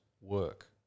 work